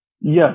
yes